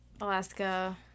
Alaska